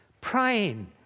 praying